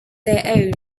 their